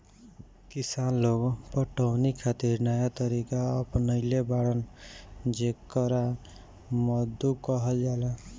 किसान लोग पटवनी खातिर नया तरीका अपनइले बाड़न जेकरा मद्दु कहल जाला